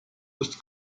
ist